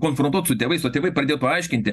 konfrontuot su tėvais o tėvai pradėtų aiškinti